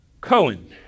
Cohen